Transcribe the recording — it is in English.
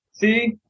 See